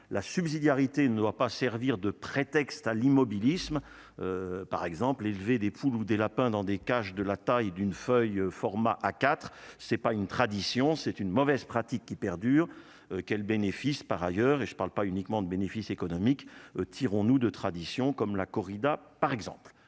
la subsidiarité ne doit pas servir de prétexte à l'immobilisme, par exemple, élever des poules ou des lapins dans des cages de la taille d'une feuille format A4, c'est pas une tradition, c'est une mauvaise pratique qui perdure, quel bénéfice par ailleurs et je ne parle pas uniquement de bénéfices économiques tirons-nous de traditions comme la corrida, par exemple,